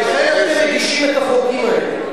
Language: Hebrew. לסתום לי את הפה, ולכן אתם מגישים את החוקים האלה.